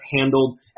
handled